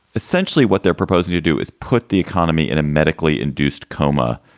essentially, what they're proposing to do is put the economy in a medically induced coma,